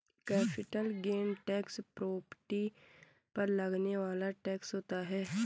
capital gain tax property पर लगने वाला टैक्स होता है